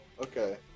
okay